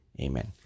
Amen